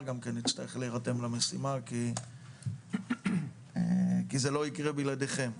גם יצטרך להירתם למשימה כי זה לא יקרה בלעדיכם.